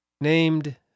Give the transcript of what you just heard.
named